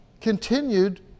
continued